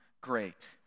great